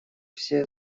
все